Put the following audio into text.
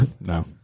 no